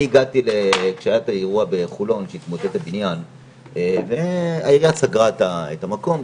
אני הגעתי כשהיה האירוע בחולון שהתמוטט הבניין והעיריה סגרה את המקום,